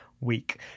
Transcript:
week